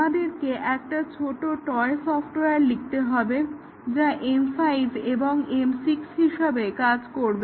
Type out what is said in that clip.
আমাদেরকে একটা ছোট টয় সফটওয়্যার লিখতে হবে যা M5 এবং M6 হিসাবে কাজ করবে